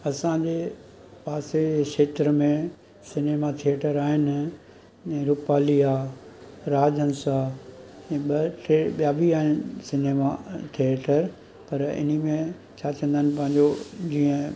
असांजे पासे खेत्र में सिनेमा थिएटर आहिनि जीअं रूपाली आहे राज हंस आहे इहे ॿ टे ॿिया बि आहिनि सिनेमा थिएटर पर इन ई में छा चवंदा आहिनि पंहिंजो जीअं